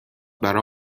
برا